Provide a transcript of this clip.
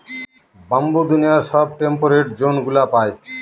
bamboo দুনিয়ার সব temperate জোনগুলা পায়